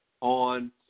on